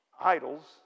idols